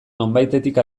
nonbaitetik